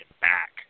back